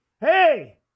Hey